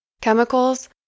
chemicals